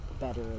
better